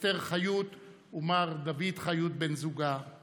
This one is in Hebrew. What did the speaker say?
וללא משטר דמוקרטי המבוסס על רצון רוב העם,